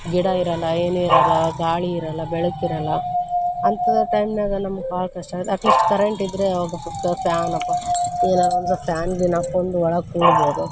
ಗಿಡ ಇರಲ್ಲ ಏನು ಇರಲ್ಲ ಗಾಳಿ ಇರಲ್ಲ ಬೆಳಕಿರಲ್ಲ ಅಂತ ಟೈಮ್ನ್ಯಾಗ ನಮಗೆ ಭಾಳ ಕಷ್ಟಾಗತ್ತೆ ಅಟ್ಲೀಸ್ಟ್ ಕರೆಂಟಿದ್ದರೆ ಆವಾಗ ಫ್ಯಾನಪ ಏನಾದರೂ ಒಂದು ಫ್ಯಾನ್ ಗೀನ್ ಆಕೊಂಡು ಒಳಗೆ ಕೂಡ್ಬೋದು